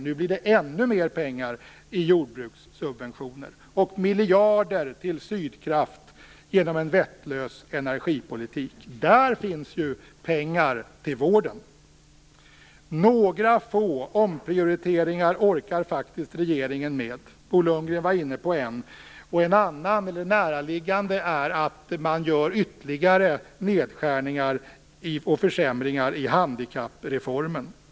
Nu blir det ännu mer pengar till jordbrukssubventioner och miljarder till Sydkraft genom en vettlös energipolitik. Där finns pengar att ta till vården. Några få omprioriteringar orkar faktiskt regeringen med. Bo Lundgren var inne på en. En annan och näraliggande är att man gör ytterligare nedskärningar och försämringar i handikappreformen.